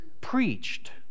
preached